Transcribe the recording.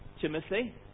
Timothy